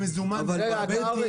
------ במזומן --- קרעי, קרעי.